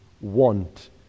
want